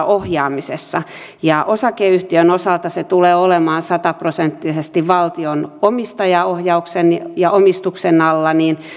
ohjaamisessa ja kun osakeyhtiön osalta se tulee olemaan sataprosenttisesti valtion omistajaohjauksen ja omistuksen alla niin